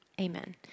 Amen